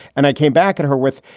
and i came back at her with,